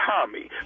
Tommy